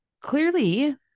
clearly